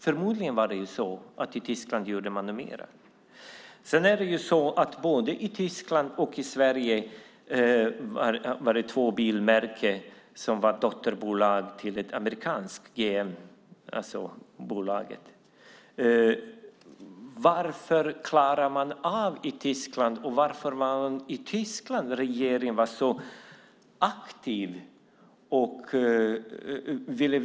Förmodligen gjorde man någonting mer i Tyskland. Både i Tyskland och i Sverige har det varit fråga om två bilmärken som är dotterbolag till ett amerikanskt bolag, GM. Varför klarar man i Tyskland av detta? Varför var regeringen så aktiv i Tyskland?